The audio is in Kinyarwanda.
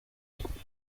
ipupa